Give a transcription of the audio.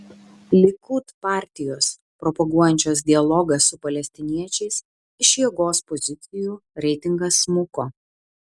likud partijos propaguojančios dialogą su palestiniečiais iš jėgos pozicijų reitingas smuko